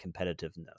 competitiveness